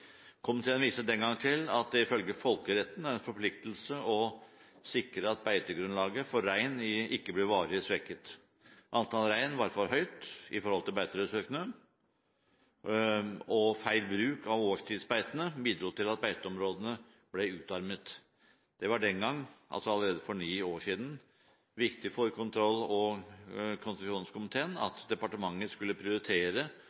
Komiteen viste den gang til at det ifølge folkeretten er en forpliktelse å sikre at beitegrunnlaget for rein ikke blir varig svekket. Antall rein var for høyt i forhold til beiteressursene, og feil bruk av årstidsbeitene bidro til at beiteområdene ble utarmet. Det var den gang – allerede for ni år siden – viktig for kontroll- og konstitusjonskomiteen